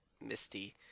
misty